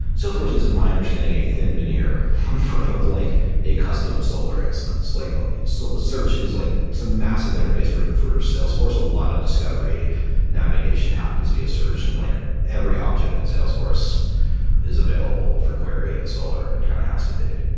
salesforce is in my understanding a thin veneer on front of of like a custom solar instance. like so search is, like it's a massive interface for for salesforce. a lot of discovery navigation happens via search, and like every object in and salesforce is available for query in solar and kind of has to be.